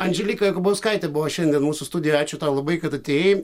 andželika jakubauskaitė buvo šiandien mūsų studijoje ačiū tau labai kad atėjai